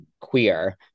queer